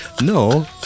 No